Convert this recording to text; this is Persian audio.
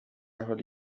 حالی